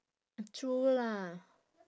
true lah